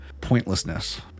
pointlessness